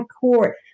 Court